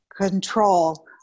control